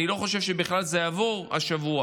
אני לא חושב שזה בכלל יעבור השבוע,